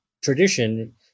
tradition